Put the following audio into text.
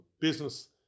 business